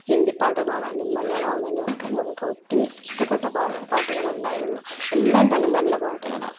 ഹിന്ദി പാട്ടുകളാണേലും മലയാളം ആണേലും ഒക്കെ നമുക്ക് ഒത്തിരി ഇഷ്ടപ്പെട്ട പാട്ട് പാട്ടുകളുണ്ടായിരുന്നു എല്ലാം തന്നെ നല്ല പാട്ടുകളാണ്